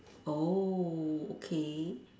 oh okay